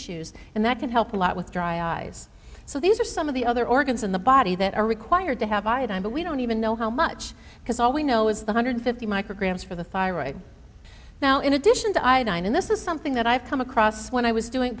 ues and that can help a lot with dry eyes so these are some of the other organs in the body that are required to have iodine but we don't even know how much because all we know is the hundred fifty micrograms for the thyroid now in addition to iodine and this is something that i've come across when i was doing